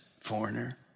foreigner